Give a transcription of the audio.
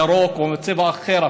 ירוק או צבע אחר,